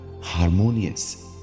Harmonious